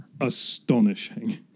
astonishing